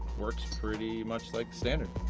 works pretty much like standard.